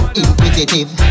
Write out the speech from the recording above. inquisitive